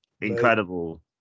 incredible